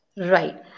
Right